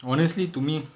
honestly to me